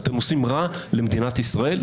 אתם עושים רע למדינת ישראל.